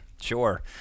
sure